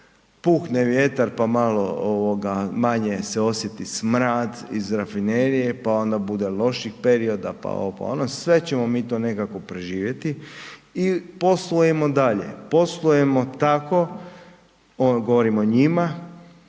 puhne vjetar pa malo manje se osjeti smrad iz rafinerije pa onda bude loših perioda, pa ovo, pa ono, sve ćemo mi to nekako preživjeti. I poslujemo dalje, poslujemo tako, govorim o njima